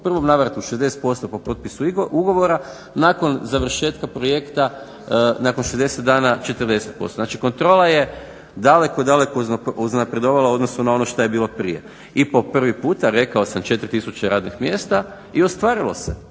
U prvom navratu 60% po potpisu ugovora, nakon završetka projekta nakon 60 dana 40%. Znači, kontrola je daleko, daleko uznapredovala u odnosu na ono što je bilo prije. I po prvi puta, rekao sam, 4 tisuće radnih mjesta i ostvarilo se.